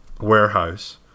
warehouse